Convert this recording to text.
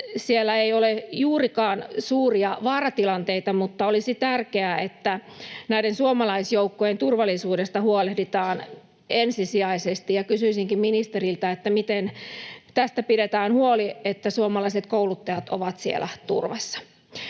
siellä ei ole juurikaan suuria vaaratilanteita, mutta olisi tärkeää, että näiden suomalaisjoukkojen turvallisuudesta huolehditaan ensisijaisesti. Kysyisinkin ministeriltä: miten tästä pidetään huoli, että suomalaiset kouluttajat ovat siellä turvassa?